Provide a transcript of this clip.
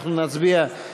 אנחנו נצביע על 2,